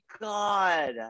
God